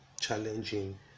challenging